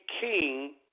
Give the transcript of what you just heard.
king